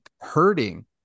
hurting